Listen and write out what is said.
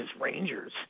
Rangers